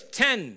ten